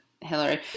Hillary